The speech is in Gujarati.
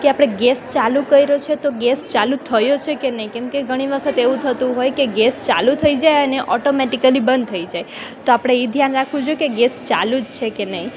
કે આપણે ગેસ ચાલુ કર્યો છે તો ગેસ ચાલુ થયો છે કે નહીં કેમકે ઘણી વખત એવું થતું હોય કે ગેસ ચાલુ થઈ જાય અને ઓટોમેટિકલી બંધ થઈ જાય તો આપણે એ ધ્યાન રાખવું જોઈએ કે ગેસ ચાલુ જ છે કે નહીં